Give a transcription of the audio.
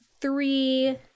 three